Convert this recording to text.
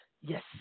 Yes